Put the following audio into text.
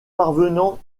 parvenant